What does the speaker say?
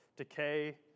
decay